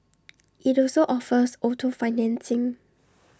IT also offers auto financing